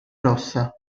rossa